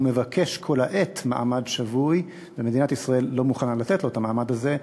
הוא מבקש כל העת מעמד שבוי ומדינת ישראל לא מוכנה לתת לו את המעמד הזה,